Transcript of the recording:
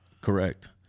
Correct